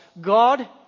God